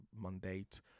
mandate